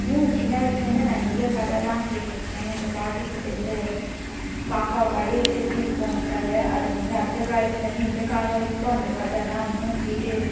ம் சின்ன வயசுலேருந்தே நிறைய கதைல்லாம் கேட்டிருக்கேன் எங்கள் பாட்டிகிட்டேருந்து காக்கா வடையை திருடிகிட்டு போன கதை அது வந்து அந்த காலத்துலேருந்து இந்த காலம் வரைக்கும் அந்த கதைல்லாம் இன்னும் கேட்டு